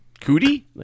Cootie